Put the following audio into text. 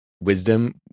wisdom